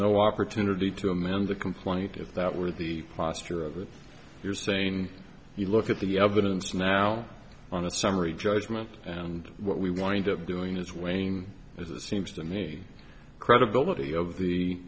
no opportunity to amend the complaint if that were the posture of it you're saying you look at the evidence now on a summary judgment and what we wind up doing is weighing as it seems to me the credibility of the